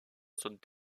sont